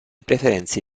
preferenze